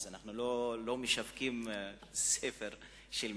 אז אנחנו לא משווקים ספר של מישהו.